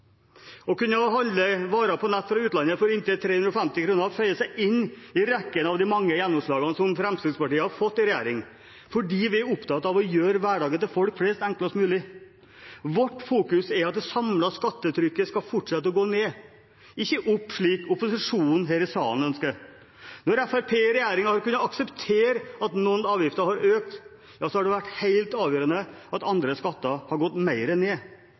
Å kunne handle varer på nett fra utlandet for inntil 350 kr føyer seg inn i rekken av de mange gjennomslagene som Fremskrittspartiet har fått i regjering, fordi vi er opptatt av å gjøre hverdagen til folk flest enklest mulig. Vårt fokus er at det samlede skattetrykket skal fortsette å gå ned – ikke opp, slik opposisjonen i salen ønsker. Når Fremskrittspartiet i regjering har kunnet akseptere at noen avgifter har økt, har det vært helt avgjørende at andre skatter har gått mer ned.